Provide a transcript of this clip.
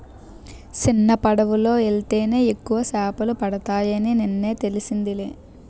సిన్నపడవలో యెల్తేనే ఎక్కువ సేపలు పడతాయని నిన్నే తెలిసిందిలే